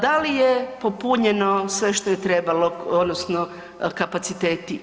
Da li je popunjeno sve što je trebalo odnosno kapaciteti?